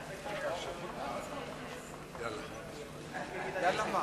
נא להצביע.